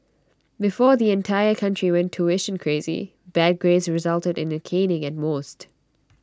before the entire country went tuition crazy bad grades resulted in A caning at most